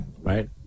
right